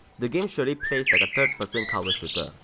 the game surely plays like a third person cover shooter,